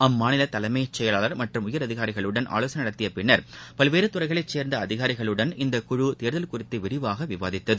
அம்மாநில தலைமைச் செயலாளர் மற்றும் உயரதினரிகளுடன் ஆலோசனை நடத்தியபின் பல்வேறு துறைகளைச் சேர்ந்த அதினரிகளுடன் இக்குழு தேர்தல் குறித்து விரிவாக விவாதித்தது